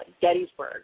Gettysburg